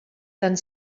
tant